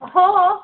हो हो